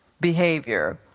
behavior